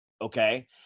okay